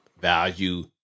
value